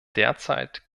derzeit